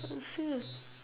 I'd say